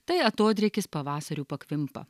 tai atodrėkis pavasariu pakvimpa